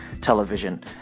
television